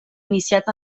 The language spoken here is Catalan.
iniciat